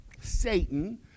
Satan